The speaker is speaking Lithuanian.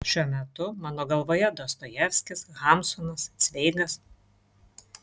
šiuo metu mano galvoje dostojevskis hamsunas cveigas